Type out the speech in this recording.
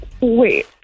Wait